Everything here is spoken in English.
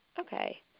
Okay